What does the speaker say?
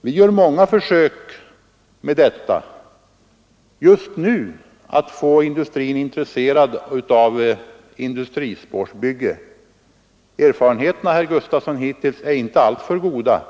Vi gör många försök just nu för att få industrin intresserad av industrispårsbyggande. Erfarenheterna hittills, herr Gustafson, är inte alltför goda